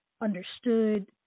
understood